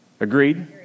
Agreed